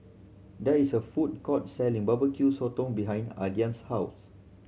there is a food court selling Barbecue Sotong behind Aidan's house